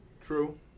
True